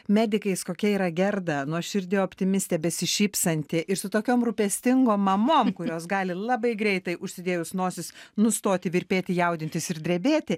medikais kokia yra gerda nuoširdi optimistė besišypsanti ir su tokiom rūpestingom mamom kurios gali labai greitai užsidėjus nosis nustoti virpėti jaudintis ir drebėti